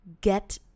Get